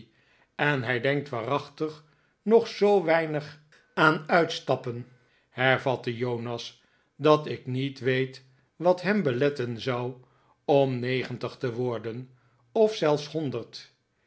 en hij denkt waarachtig nog zoo weinig aan uitstappen hervatte jonas dat ik niet weet wat hem beletten zou om negentig te worden of zelfs honderd